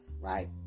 right